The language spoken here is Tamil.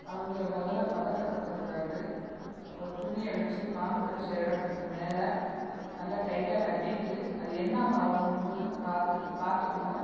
அவங்கள முதல்ல பதட்டப்படுத்தக்கூடாது ஒரு துணியை வச்சு பாம்பு கடித்த இடத்துக்கு மேலே நல்லா டைட்டாக கட்டிட்டு அது என்ன பாம்புன்னு பார்த்து பார்த்துக்குணும்